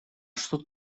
что